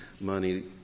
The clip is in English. money